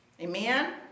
amen